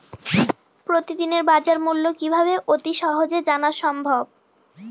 প্রতিদিনের বাজারমূল্য কিভাবে অতি সহজেই জানা সম্ভব?